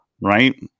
right